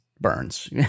burns